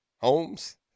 Holmes